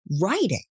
writing